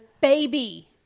baby